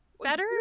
better